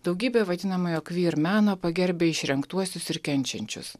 daugybė vadinamojo queer meno pagerbia išrinktuosius ir kenčiančius